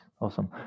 awesome